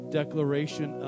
declaration